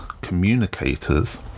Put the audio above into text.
communicators